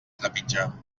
trepitjar